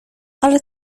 ale